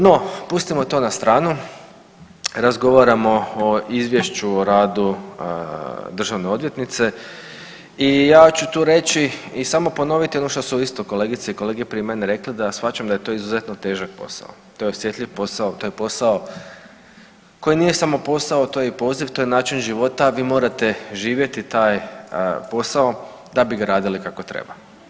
No, pustimo to na stranu, razgovaramo o izvješću o radu državne odvjetnice i ja ću tu reći i samo ponoviti ono što su isto kolegice i kolege prije mene rekli da shvaćam da je to izuzetno težak posao, to je osjetljiv posao, to je posao koji nije samo posao, to je i poziv, to je i način života, a vi morate živjeti taj posao da bi ga radili kako treba.